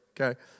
okay